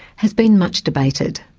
has been much debated.